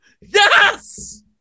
Yes